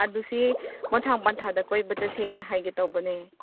ꯑꯗꯨꯁꯤ ꯃꯣꯟꯊꯥꯡ ꯄꯥꯟꯊꯥꯗ ꯀꯣꯏꯕ ꯆꯠꯁꯦꯅ ꯍꯥꯏꯒꯦ ꯇꯧꯕꯅꯦ